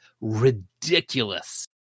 ridiculous